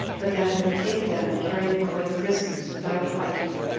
but that he would take them and carry them away prisoners, without fighting.